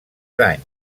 anys